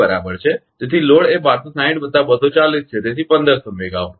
તેથી લોડ એ 1260 વત્તા 240 છે તેથી 1500 મેગાવાટ